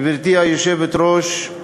גברתי היושבת-ראש,